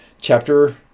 chapter